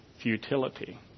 futility